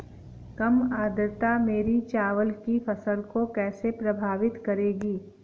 कम आर्द्रता मेरी चावल की फसल को कैसे प्रभावित करेगी?